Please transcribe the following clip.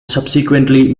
subsequently